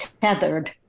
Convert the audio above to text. tethered